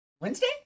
Wednesday